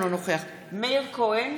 אינו נוכח מאיר כהן,